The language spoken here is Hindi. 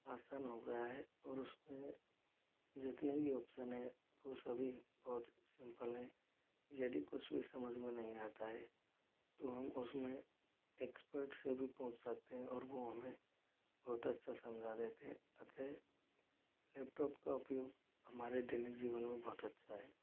आसान हो गया है और उसमें जितने भी ऑप्शन हैं वो सभी बहुत सिंपल हैं यदि कुछ भी समझ में नहीं आता है तो हम उसमें एक्सपर्ट से भी पूछ सकते हैं और वो हमें बहुत अच्छा समझा देते हैं अतः लैपटॉप का उपयोग हमारे दैनिक जीवन में बहुत अच्छा है